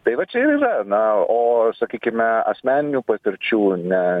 tai va čia ir yra na o sakykime asmeninių patirčių ne